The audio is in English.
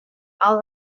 are